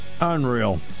Unreal